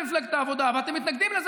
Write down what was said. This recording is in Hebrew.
מפלגת העבודה,